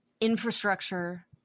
infrastructure